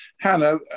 Hannah